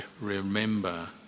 remember